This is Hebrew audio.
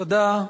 תודה.